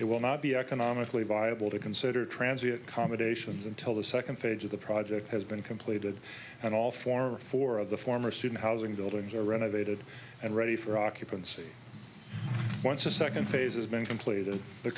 it will not be economically viable to consider transit commendations until the second phase of the project has been completed and all four or four of the former student housing buildings are renovated and ready for occupancy once the second phase has been completed the